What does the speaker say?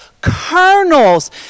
kernels